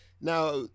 Now